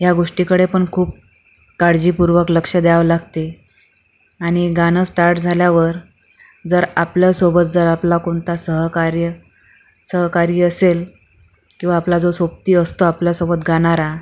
ह्या गोष्टीकडे पण खूप काळजीपूर्वक लक्ष द्यावं लागते आणि गाणं स्टार्ट झाल्यावर जर आपल्यासोबत जर आपला कोणता सहकार्य सहकारी असेल किंवा आपला जो सोबती असतो आपल्यासोबत गाणारा